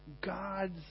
God's